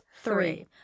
three